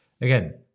again